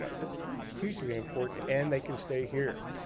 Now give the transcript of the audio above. ah that's hugely important. and they can stay here.